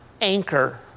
anchor